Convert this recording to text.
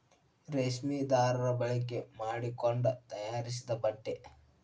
ರೇಶ್ಮಿ ದಾರಾ ಬಳಕೆ ಮಾಡಕೊಂಡ ತಯಾರಿಸಿದ ಬಟ್ಟೆ